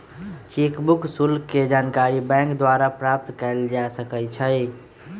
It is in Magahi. चेक बुक शुल्क के जानकारी बैंक द्वारा प्राप्त कयल जा सकइ छइ